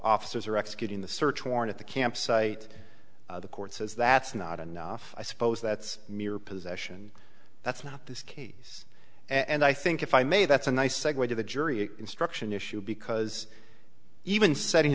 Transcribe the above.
officers are executing the search warrant at the campsite the court says that's not enough i suppose that's mere possession that's not this case and i think if i may that's a nice segue to the jury instruction issue because even setting